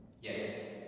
Yes